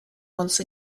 once